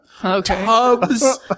Tubs